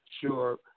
sure